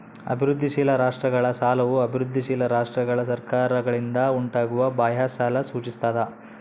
ಅಭಿವೃದ್ಧಿಶೀಲ ರಾಷ್ಟ್ರಗಳ ಸಾಲವು ಅಭಿವೃದ್ಧಿಶೀಲ ರಾಷ್ಟ್ರಗಳ ಸರ್ಕಾರಗಳಿಂದ ಉಂಟಾಗುವ ಬಾಹ್ಯ ಸಾಲ ಸೂಚಿಸ್ತದ